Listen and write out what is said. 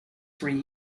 three